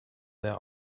their